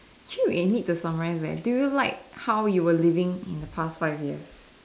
actually we need to summarize leh do you like how you were living in the past five years